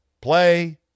Play